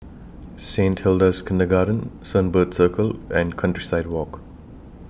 Saint Hilda's Kindergarten Sunbird Circle and Countryside Walk